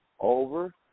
over